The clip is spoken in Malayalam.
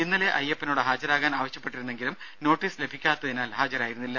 ഇന്നലെ അയ്യപ്പനോട് ഹാജരാകാൻ ആവശ്യപ്പെട്ടിരുന്നെങ്കിലും നോട്ടീസ് ലഭിക്കാത്തതിനാൽ ഹാജരായിരുന്നില്ല